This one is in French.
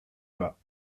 bas